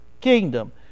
kingdom